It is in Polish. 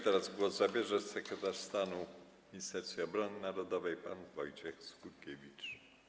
Teraz głos zabierze sekretarz stanu w Ministerstwie Obrony Narodowej pan Wojciech Skurkiewicz.